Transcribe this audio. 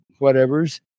whatevers